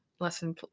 lesson